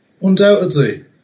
Undoubtedly